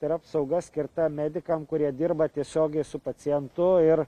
ir apsauga skirta medikam kurie dirba tiesiogiai su pacientu ir